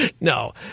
No